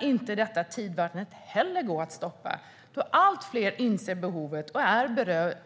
Inte heller denna tidvattenvåg lär gå att stoppa när allt fler inser behovet och är